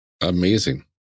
amazing